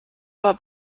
war